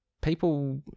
people